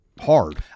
hard